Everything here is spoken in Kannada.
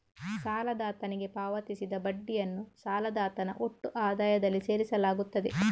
ಸಾಲದಾತನಿಗೆ ಪಾವತಿಸಿದ ಬಡ್ಡಿಯನ್ನು ಸಾಲದಾತನ ಒಟ್ಟು ಆದಾಯದಲ್ಲಿ ಸೇರಿಸಲಾಗುತ್ತದೆ